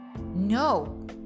No